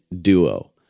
Duo